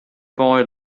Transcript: boy